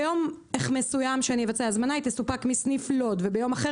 ביום מסוים שאני אבצע הזמנה היא תסופק מסניף לוד וביום אחר